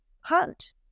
hunt